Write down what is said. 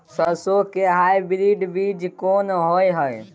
सरसो के हाइब्रिड बीज कोन होय है?